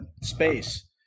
space